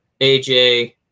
AJ